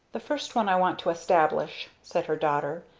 the first one i want to establish, said her daughter,